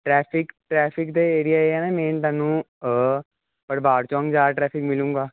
traffic traffic ਦੇ area ਇਹ ਨਾ ਮੇਨ ਤੁਹਾਨੂੰ ਪਰਭਾਰ ਚੌਂਕ ਜ਼ਿਆਦਾ ਟਰੈਫਿਕ ਮਿਲੂਗਾ